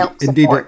indeed